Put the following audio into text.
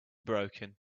broken